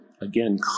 again